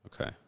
okay